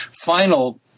final